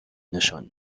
نشان